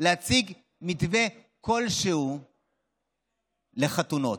להציג מתווה כלשהו לחתונות.